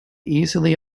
easily